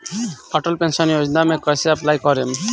Atal pension Yojana मे कैसे apply करेम?